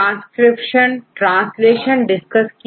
transcription translation discuss किया